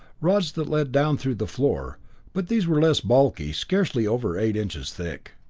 rods that led down through the floor but these were less bulky, scarcely over eight inches thick.